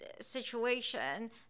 situation